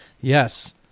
yes